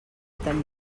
tan